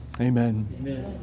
Amen